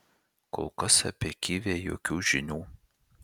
kol kas apie kivę jokių žinių